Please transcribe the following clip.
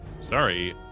Sorry